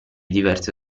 diverse